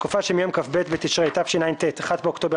הוראת שעה בתקופה שמיום כ"ב בתשרי התשע"ט (1 באוקטובר